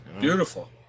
Beautiful